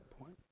point